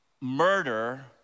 murder